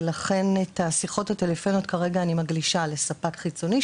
ולכן אני מגלישה כרגע את השיחות הטלפוניות לספק חיצוני,